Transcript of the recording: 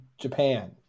Japan